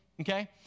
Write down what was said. Okay